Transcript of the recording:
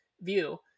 view